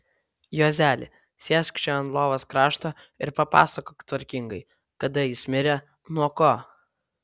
juozeli sėsk čia ant lovos krašto ir papasakok tvarkingai kada jis mirė nuo ko